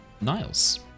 Niles